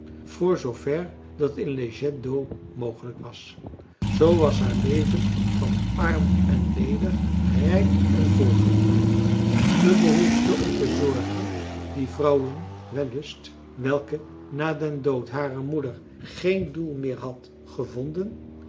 voor zoover dat in le jet d'eau mogelijk was zoo was haar leven van arm en ledig rijk en vol geworden de behoefte om te zorgen die vrouwen wellust welke na den dood harer moeder geen doel meer had gevonden